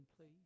please